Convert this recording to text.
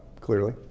clearly